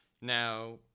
Now